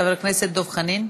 חבר הכנסת דב חנין.